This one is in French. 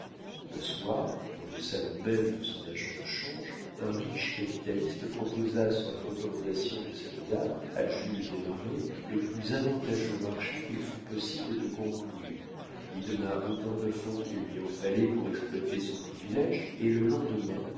le soir dans le salon même de son agent de change un riche capitaliste proposa sur la recommandation de cette dame à jules desmarets le plus avantageux marché qu'il fût possible de conclure lui donna autant de fonds qu'il lui en fallait pour exploiter son privilége et le lendemain